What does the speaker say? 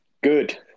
Good